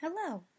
Hello